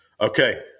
Okay